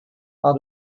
are